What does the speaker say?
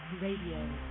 Radio